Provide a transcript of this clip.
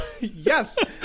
yes